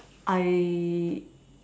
I